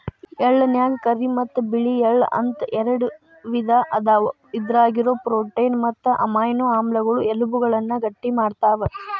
ಎಳ್ಳನ್ಯಾಗ ಕರಿ ಮತ್ತ್ ಬಿಳಿ ಎಳ್ಳ ಅಂತ ಎರಡು ವಿಧ ಅದಾವ, ಇದ್ರಾಗಿರೋ ಪ್ರೋಟೇನ್ ಮತ್ತು ಅಮೈನೋ ಆಮ್ಲ ಎಲಬುಗಳನ್ನ ಗಟ್ಟಿಮಾಡ್ತಾವ